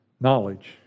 knowledge